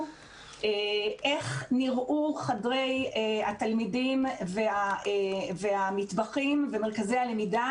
איך נראו חדרי התלמידים והמטבחים ומרכזי הלמידה